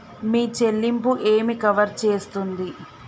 మీ చెల్లింపు ఏమి కవర్ చేస్తుంది?